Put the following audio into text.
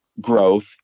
growth